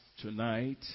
tonight